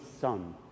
Son